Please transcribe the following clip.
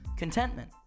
Contentment